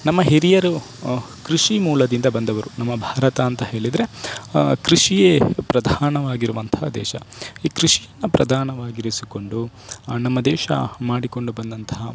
ನಮ್ಮ ಹಿರಿಯರು ಕೃಷಿ ಮೂಲದಿಂದ ಬಂದವರು ನಮ್ಮ ಭಾರತ ಅಂತ ಹೇಳಿದ್ರೆ ಕೃಷಿಯೇ ಪ್ರಧಾನವಾಗಿರುವಂತಹ ದೇಶ ಈ ಕೃಷಿಯನ್ನು ಪ್ರಧಾನವಾಗಿರಿಸಿಕೊಂಡು ನಮ್ಮ ದೇಶ ಮಾಡಿಕೊಂಡು ಬಂದಂತಹ